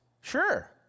sure